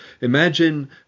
imagine